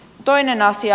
toinen asia